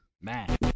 Man